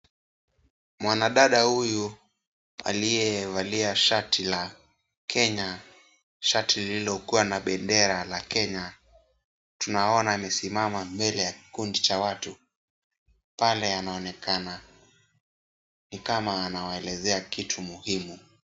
Mwanadada huyu aliyevalia shati la Kenya, shati lililokuwa na bendera la Kenya, tunaona amesimama mbele ya kikundi cha watu, pale anaonekana ni kama anawaelezea kitu muhimu.